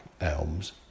ELMS